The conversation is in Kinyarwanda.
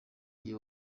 gihe